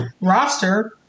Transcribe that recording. roster